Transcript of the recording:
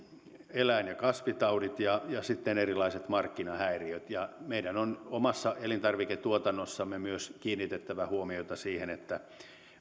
eläin ja kasvitaudit sekä erilaiset markkinahäiriöt meidän on omassa elintarviketuotannossamme kiinnitettävä huomiota siihen että